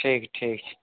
ठीक ठीक छै